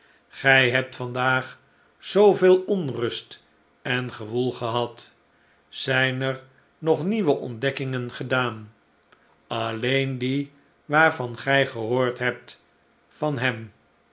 gij hebt vandaag zooveel onrust engewoel gehad zljn er nog nieuwe ontdekkingen gedaan aueen die waarvan gij gehoord hebt van hem